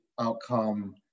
outcome